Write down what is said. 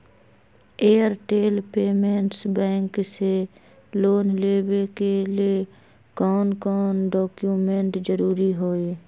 Airtel payments bank से loan लेवे के ले कौन कौन डॉक्यूमेंट जरुरी होइ?